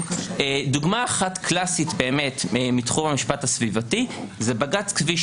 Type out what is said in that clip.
דוגמה אחת קלאסית מתחום המשפט הסביבתי זה בג"צ כביש